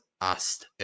asked